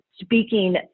speaking